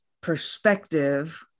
perspective